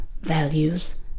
values